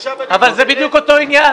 עכשיו אני צריך --- אבל זה בדיוק אותו עניין,